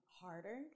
harder